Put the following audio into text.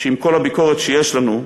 שעם כל הביקורת שיש לנו,